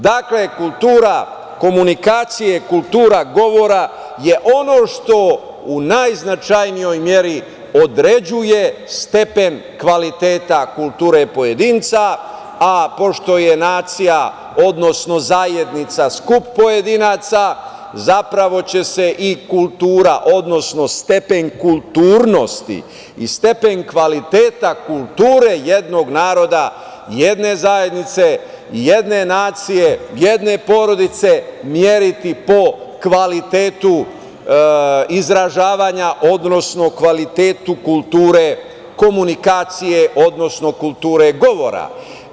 Dakle, kultura komunikacije, kultura govora je ono što u najznačajnijoj meri određuje stepen kvaliteta kulture pojedinca, a pošto je nacija, odnosno zajednica skup pojedinaca, zapravo će se i kultura, odnosno stepen kulturnosti i stepen kvaliteta kulture jednog naroda, jedne zajednice i jedne nacije, jedne porodice meriti po kvalitetu izražavanja, odnosno kvalitetu kulture, komunikacije, odnosno kulture govora.